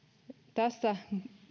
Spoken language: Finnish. tässä